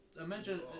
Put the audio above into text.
Imagine